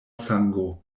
sango